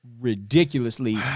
ridiculously